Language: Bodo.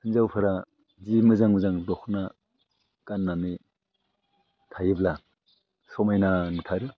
हिन्जावफ्रा जि मोजां मोजां दख'ना गान्नानै थायोब्ला समायना नुथारो